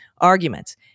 arguments